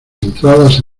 entradas